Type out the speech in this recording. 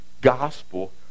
gospel